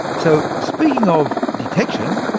so speaking of detection,